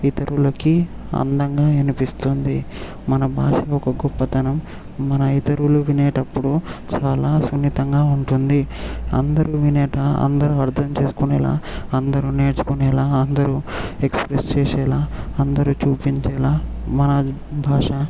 ఇతరులకి అందంగా వినిపిస్తుంది మన భాష యొక్క గొప్పతనం మన ఇతరులు వినేటప్పుడు చాలా సున్నితంగా ఉంటుంది అందరూ వినేలా అందరూ అర్థం చేసుకునేలా అందరూ నేర్చుకునేలా అందరూ ఎక్స్ప్రెస్ చేసేలా అందరూ చూపించేలా మన భాష